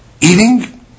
eating